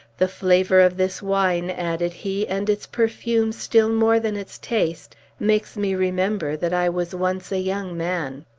the flavor of this wine, added he and its perfume still more than its taste, makes me remember that i was once a young man.